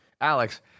Alex